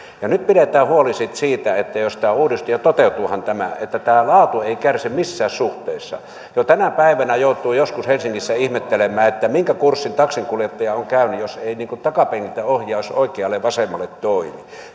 hyviä nyt pidetään huoli sitten siitä että jos tämä uudistuu ja toteutuuhan tämä niin tämä laatu ei kärsi missään suhteessa jo tänä päivänä joutuu joskus helsingissä ihmettelemään minkä kurssin taksinkuljettaja on käynyt jos ei takapenkiltä ohjaus oikealle vasemmalle toimi